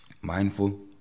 mindful